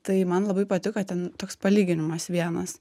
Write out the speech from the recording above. tai man labai patiko ten toks palyginimas vienas